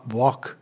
walk